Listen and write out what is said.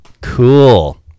Cool